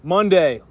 Monday